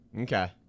Okay